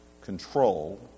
control